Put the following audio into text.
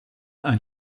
ein